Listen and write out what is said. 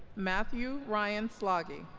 matthew ryan sloggy